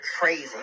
crazy